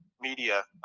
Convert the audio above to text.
media